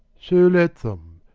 so let them,